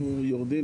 אנחנו יורדים,